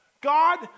God